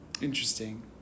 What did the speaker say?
interesting